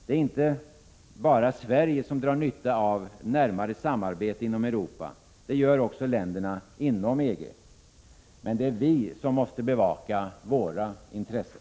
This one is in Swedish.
Det är inte bara Sverige som drar nytta av närmare samarbete inom Europa — det gör också länderna inom EG — men det är vi som måste bevaka våra intressen.